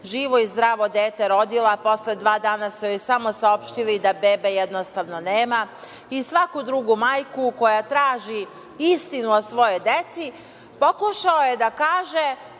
živo i zdravo dete rodila, posle dva dana su joj samo saopštili da bebe jednostavno nema i svaku drugu majku koja traži istinu o svojoj deci, pokušao je da kaže